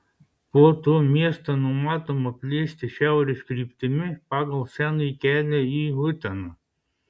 po to miestą numatoma plėsti šiaurės kryptimi pagal senąjį kelią į uteną